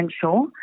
sure